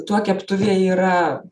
tuo keptuvė yra